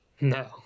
No